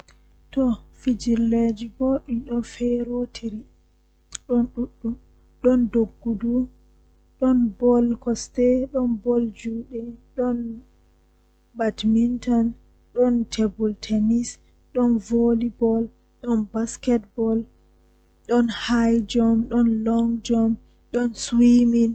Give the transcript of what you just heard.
Taalel taalel jannata booyel, Woodi bingel debbo feere ni yerimaajo bingel lamdo odon dilla sei ohefti ohefti dan kunne feere boodum nde o hefti sei oyaarini dadiraawo maako, Asei gol on dum don mari ceede masin nde baba man nani habaru ko owadi sei ovi toh bingel debbo man kanko ronata laamu maako to o mayi.